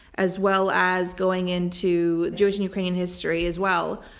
as well as going into jewish and ukrainian history as well,